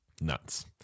nuts